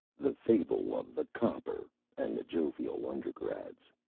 the fable of the copper and the jovial undergrads